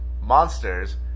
monsters